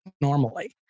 normally